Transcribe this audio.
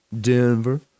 denver